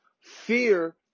Fear